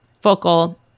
focal